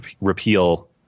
repeal